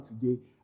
today